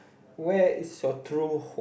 where is your true home